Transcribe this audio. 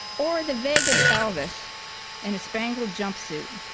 or, the vegas elvis in a spangled jumpsuit?